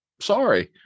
Sorry